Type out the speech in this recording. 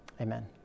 amen